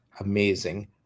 amazing